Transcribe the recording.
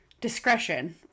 discretion